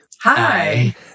Hi